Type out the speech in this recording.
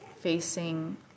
facing